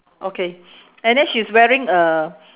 okay and then she's wearing a